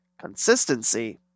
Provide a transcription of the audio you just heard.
Consistency